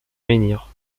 menhir